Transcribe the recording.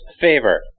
favor